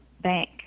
bank